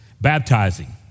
baptizing